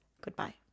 Goodbye